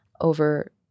over